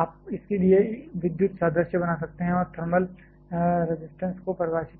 आप इसके लिए विद्युत सादृश्य बना सकते हैं और थर्मल रजिस्टेंस को परिभाषित कर सकते हैं